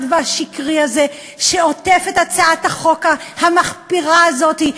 והשקרי הזה שעוטף את הצעת החוק המחפירה הזאת,